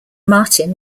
martin